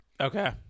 okay